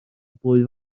blwydd